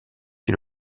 qui